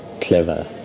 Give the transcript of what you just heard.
clever